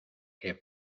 que